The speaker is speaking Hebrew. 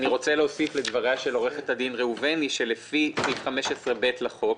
אוסיף לדבריה של עורכת הדין ראובני שלפי סעיף 15(ב) לחוק,